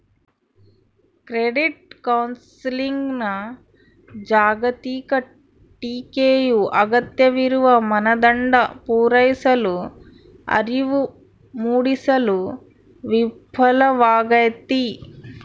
credit ಕೌನ್ಸೆಲಿಂಗ್ನ ಜಾಗತಿಕ ಟೀಕೆಯು ಅಗತ್ಯವಿರುವ ಮಾನದಂಡ ಪೂರೈಸಲು ಅರಿವು ಮೂಡಿಸಲು ವಿಫಲವಾಗೈತಿ